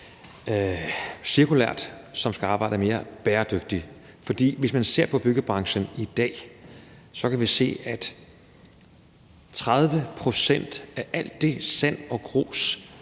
cirkulært, og som skal arbejde mere bæredygtigt. For hvis man ser på byggebranchen i dag, er det sådan, at 30 pct. af alt det sand og grus,